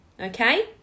okay